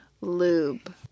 lube